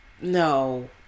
no